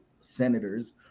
senators